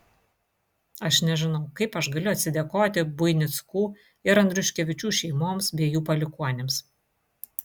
aš nežinau kaip aš galiu atsidėkoti buinickų ir andriuškevičių šeimoms bei jų palikuonims